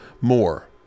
more